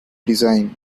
design